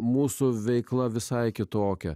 mūsų veikla visai kitokia